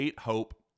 Hope